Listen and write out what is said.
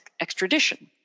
extradition